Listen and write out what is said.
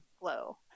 glow